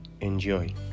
Enjoy